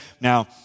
Now